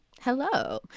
Hello